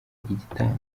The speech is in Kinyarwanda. igitambo